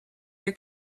your